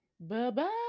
Bye-bye